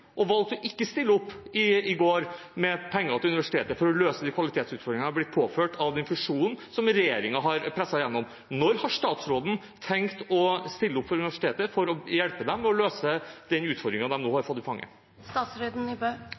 valgte å ikke stille opp i går – med penger til universitetet for å løse de kvalitetsutfordringene de har blitt påført av den fusjonen som regjeringen har presset gjennom. Når har statsråden tenkt å stille opp for universitetet og hjelpe dem med å løse den utfordringen de nå har fått i